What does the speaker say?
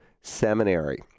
seminary